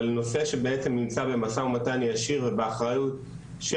אבל זה נושא שבעצם נמצא במשא ומתן ישיר ובאחריות של